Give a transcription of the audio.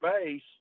space